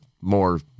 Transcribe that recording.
more